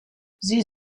sie